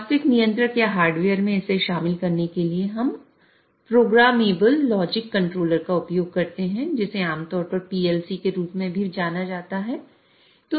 वास्तविक नियंत्रक या हार्डवेयर में इसे शामिल करने के लिए हम प्रोग्रामेबल लॉजिक कंट्रोलर का उपयोग करते हैं जिसे आमतौर पर PLC के रूप में भी जाना जाता है